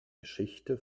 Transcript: geschichte